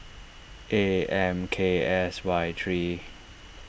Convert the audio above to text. A M K S Y three